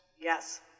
Yes